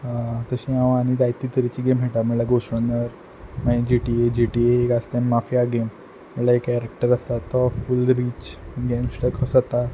तशी हांव आनी जायती तरेची गेम खेयटा म्हणल्या गोस्ट ऑनर मागीर जीटीए जीटीए एक आसा ती माफिया गेम म्हणल्यार एक केरॅक्टर आसा तो फूल रीच गँगस्टर कसो जाता